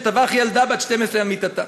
שטבח ילדה בת 12 על מיטתה.